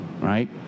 right